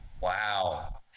Wow